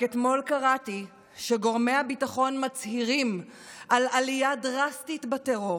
רק אתמול קראתי שגורמי הביטחון מצהירים על עלייה דרסטית בטרור: